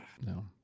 No